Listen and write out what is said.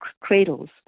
cradles